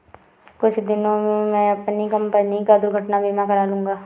कुछ दिनों में मैं अपनी कंपनी का दुर्घटना बीमा करा लूंगा